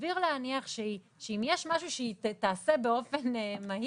סביר להניח שאם יש משהו שהיא תעשה באופן מהיר,